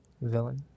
villain